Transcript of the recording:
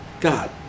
god